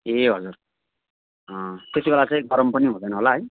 ए हजुर त्यति बेला चाहिँ गरम पनि हुँदैन होला है